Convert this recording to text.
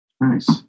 nice